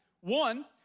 One